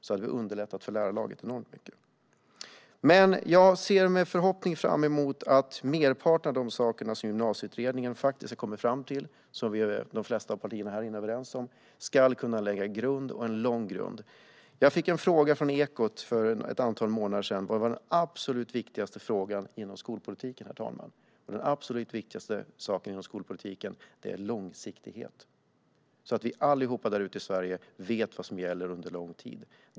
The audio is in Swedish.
Det hade underlättat enormt mycket för lärarlaget. Jag ser dock med förhoppning fram emot att merparten av det Gymnasieutredningen har kommit fram till, och som de flesta av partierna här inne är överens om, ska kunna lägga en långsiktig grund. För ett antal månader sedan fick jag en fråga från Ekot om vad som är det absolut viktigaste inom skolpolitiken, herr talman, och den absolut viktigaste frågan inom skolpolitiken är långsiktighet och att vi allihop i Sverige vet vad som gäller under lång tid.